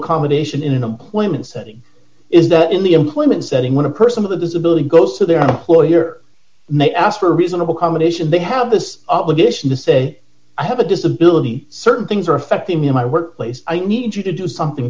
accommodation in an employment setting is that in the employment setting when a person of the disability goes to their ploy or they ask for reasonable accommodation they have this obligation to say i have a disability certain things are affecting me in my workplace i need you to do something